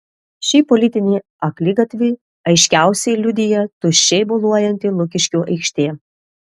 šį politinį akligatvį aiškiausiai liudija tuščiai boluojanti lukiškių aikštė